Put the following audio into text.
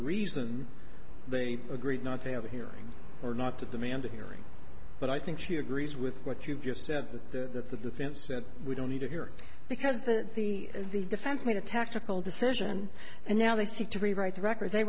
reason they agreed not to have a hearing or not to demand a hearing but i think she agrees with what you just said that the defense said we don't need to hear because the the the defense made a tactical decision and now they seek to rewrite the record they